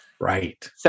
right